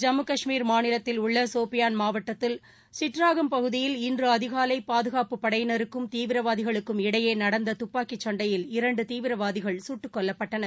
ஜம்மு காஷ்மீர் மாநிலத்தில் உள்ள சோஃபியான் மாவட்டத்தில் முழு சிட்ராகம் பகுதியில் இன்று அதிகாலை பாதுகாப்புப் படையினருக்கும் தீவிரவாதிகளுக்கும் இடையே நடந்த துப்பாக்கிச் சண்டையில் இரண்டு தீவிரவாதிகள் குட்டுக்கொல்லப்பட்டனர்